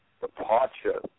departure